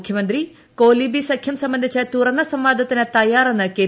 മുഖ്യമന്തി കോലീബി സഖ്യം സംബന്ധിച്ച് തുറന്ന സംവാദത്തിന് തയ്യാറെന്ന് കെ